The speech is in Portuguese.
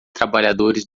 trabalhadores